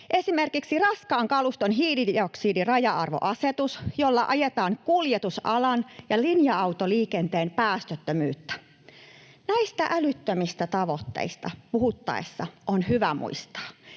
esimerkkinä raskaan kaluston hiilidioksidiraja-arvoasetus, jolla ajetaan kuljetusalan ja linja-autoliikenteen päästöttömyyttä. Näistä älyttömistä tavoitteista puhuttaessa on hyvä muistaa,